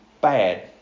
bad